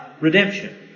redemption